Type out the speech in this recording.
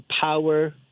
power